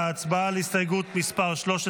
ההסתייגות לא התקבלה.